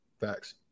Facts